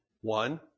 one